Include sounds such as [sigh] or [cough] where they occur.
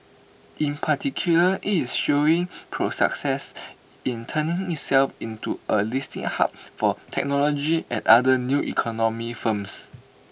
in particular is showing [unintelligible] in turning itself into A listing hub for technology and other 'new economy' firms